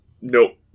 Nope